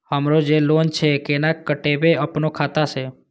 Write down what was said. हमरो जे लोन छे केना कटेबे अपनो खाता से?